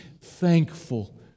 thankful